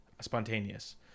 spontaneous